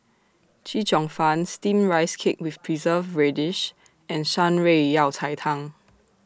Chee Cheong Fun Steamed Rice Cake with Preserved Radish and Shan Rui Yao Cai Tang